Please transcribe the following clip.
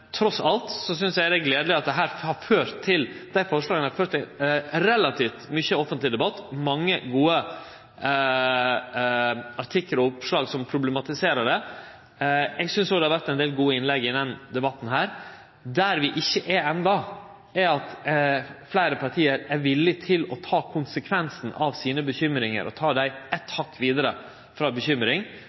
trass alt er gledeleg at forslaga har ført til relativt mykje offentleg debatt med mange gode artiklar og oppslag som problematiserer saka. Eg synest òg at det har vore ein del gode innlegg i denne debatten. Der vi ikkje er enno, er at fleire parti er villige til å ta konsekvensen av bekymringane sine og ta dei eit hakk vidare – frå bekymring til faktisk å gå djupt inn i korleis dette flyttar grensene ikkje berre for